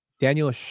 Daniel